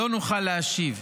לא נוכל להשיב,